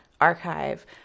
archive